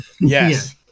Yes